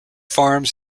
farms